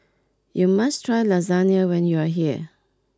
you must try Lasagna when you are here